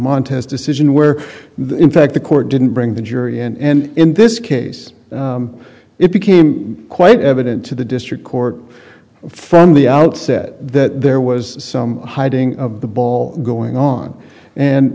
montana's decision where the in fact the court didn't bring the jury and in this case it became quite evident to the district court from the outset that there was some hiding of the ball going on